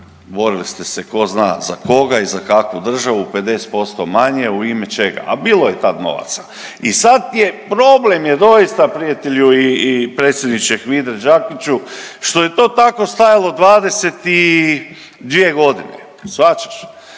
borili ste se tko zna za koga i za kakvu državu, 50% manje u ime čega? A bilo je tad novaca. I sad je problem je doista, prijatelju i predsjedniče HVIDRA-e, Đakiću, što je to tako stajalo 22 godine, shvaćaš?